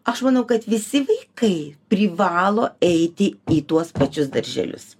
aš manau kad visi vaikai privalo eiti į tuos pačius darželius